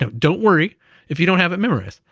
don't don't worry if you don't have it memorized,